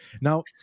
Now